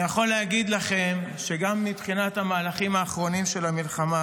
אני רק רוצה להזכיר את הקמפיין של 2014 בליכוד,